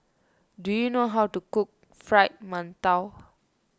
do you know how to cook Fried Mantou